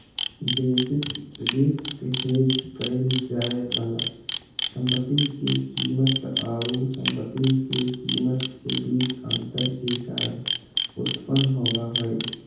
basis risk hedge क़इल जाय वाला संपत्ति के कीमत आऊ संपत्ति के कीमत के बीच अंतर के कारण उत्पन्न होबा हइ